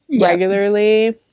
regularly